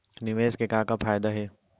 निवेश के का का फयादा हे?